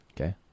Okay